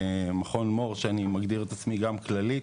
במכון מור שאני מגדיר את עצמי גם ככללית,